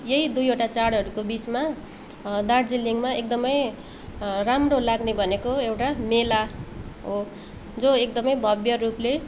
यही दुईवटा चाडहरूको बिचमा दार्जिलिङमा एकदमै राम्रो लाग्ने भनेको एउटा मेला हो जो एकदमै भव्य रूपले